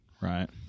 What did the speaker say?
right